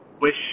wish